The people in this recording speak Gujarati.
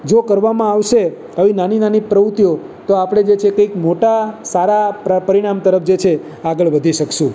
જો કરવામાં આવશે આવી નાની નાની પ્રવૃતિઓ તો આપણે જે છે કંઈક મોટા સારા પ્ર પ પરિણામ તરફ જે છે આગળ વધી શકીશું